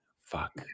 Fuck